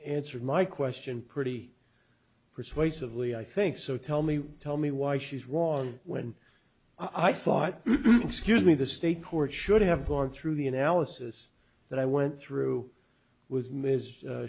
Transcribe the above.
answered my question pretty persuasively i think so tell me tell me why she's wrong when i thought excuse me the state court should have gone through the analysis that i went through with ms